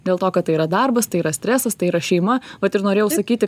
dėl to kad tai yra darbas tai yra stresas tai yra šeima vat ir norėjau sakyti